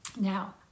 Now